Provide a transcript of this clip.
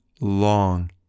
long